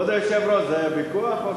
כבוד היושב-ראש, זה ויכוח?